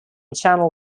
chanel